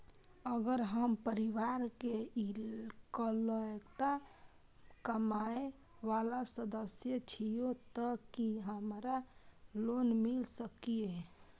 अगर हम परिवार के इकलौता कमाय वाला सदस्य छियै त की हमरा लोन मिल सकीए?